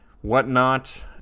whatnot